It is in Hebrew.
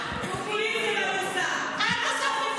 אני מזמינה אותך לגור